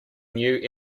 new